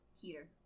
Heater